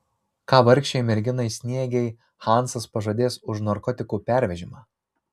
ką vargšei merginai sniegei hansas pažadės už narkotikų pervežimą